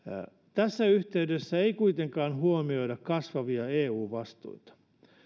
tässä yhteydessä ei kuitenkaan huomioida kasvavia eu vastuita